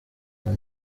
com